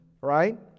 right